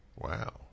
Wow